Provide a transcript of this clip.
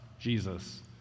Jesus